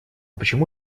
почему